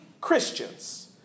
Christians